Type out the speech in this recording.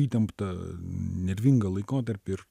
įtemptą nervingą laikotarpį ir